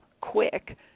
quick